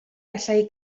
allai